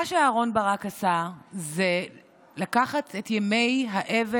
מה שאהרן ברק עשה זה לקחת את ימי האבל